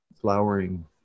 flowering